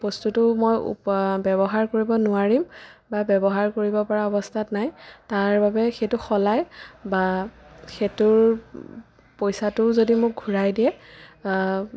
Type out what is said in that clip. বস্তুটো মই ব্যৱহাৰ কৰিব নোৱাৰিম বা ব্যৱহাৰ কৰিব পৰা অৱস্থাত নাই তাৰ বাবে সেইটো সলাই বা সেইটোৰ পইচাটোও যদি মোক ঘূৰাই দিয়ে